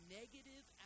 negative